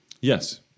Yes